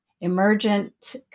emergent